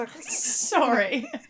Sorry